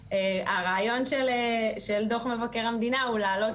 הרעיון של דוח מבקר המדינה הוא להעלות